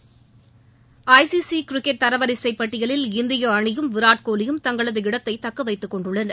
விளையாட்டுச் செய்திகள் ICC cricket தரவரிசை பட்டியலில் இந்திய அணியும் விராட் கோலியும் தங்களது இடத்தை தக்கவைத்துக் கொண்டுள்ளனர்